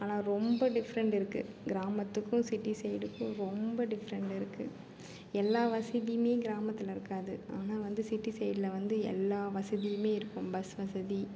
ஆனால் ரொம்ப டிஃப்ரென்ட் இருக்குது கிராமத்துக்கும் சிட்டி சைடுக்கும் ரொம்ப டிஃப்ரென்ட் இருக்குது எல்லா வசதியும் கிராமத்தில் இருக்காது ஆனால் வந்து சிட்டி சைடில் வந்து எல்லா வசதியுமே இருக்கும் பஸ் வசதி